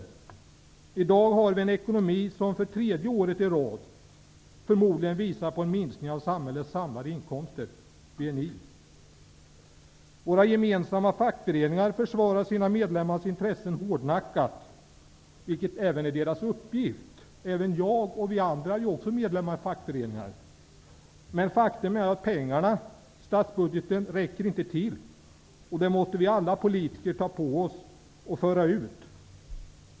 Vi har en ekonomi som förmodligen för tredje året i rad kommer att uppvisa en minskning av samhällets samlade inkomster. Våra gemensamma fackföreningar försvarar sina medlemmars intressen hårdnackat, vilket är deras uppgift. Också jag och andra här är medlemmar av fackföreningar. Men statsbudgeten räcker inte till. Alla politiker måste ta på sig uppgiften att föra ut detta faktum.